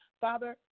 Father